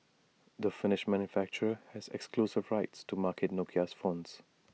the finnish manufacturer has exclusive rights to market Nokia's phones